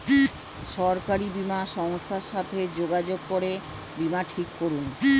সরকারি বীমা সংস্থার সাথে যোগাযোগ করে বীমা ঠিক করুন